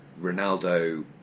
Ronaldo